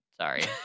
Sorry